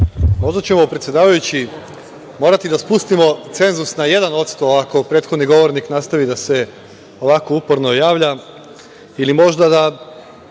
Ovde ćemo, predsedavajući, morati da spustimo cenzus na 1% ako prethodni govornik nastavi da se uporno javlja ili možda da